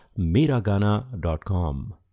Miragana.com